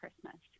Christmas